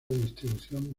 distribución